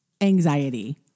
anxiety